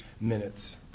minutes